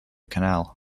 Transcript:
canal